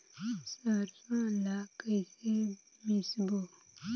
सरसो ला कइसे मिसबो?